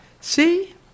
See